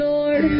Lord